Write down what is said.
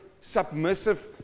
submissive